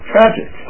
Tragic